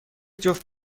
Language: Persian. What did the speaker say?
جفت